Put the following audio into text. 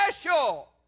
special